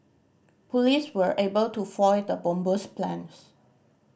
police were able to foil the bomber's plans